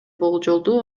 болжолдуу